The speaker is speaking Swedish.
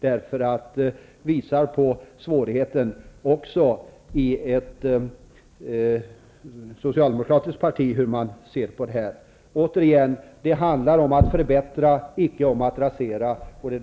Det visar ju på svårigheter också i det socialdemokratiska partiet när det gäller synen på dessa saker. Återigen vill jag säga: Det handlar om att förbättra, icke om att rasera.